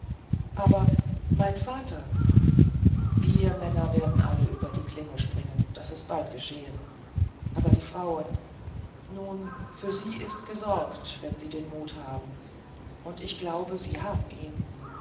aber mein vater wir männer werden alle über die klinge springen das ist bald geschehen aber die frauen nun für sie ist gesorgt wenn sie den mut haben und ich glaube sie haben ihn